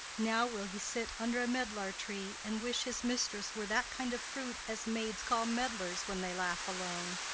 now will he sit under a medlar tree and wish his mistress were that kind of fruit as maids call medlars when they laugh alone.